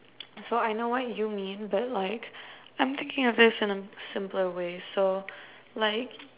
so I know what you mean but like I'm thinking of this in a simpler way so like